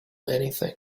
anything